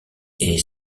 est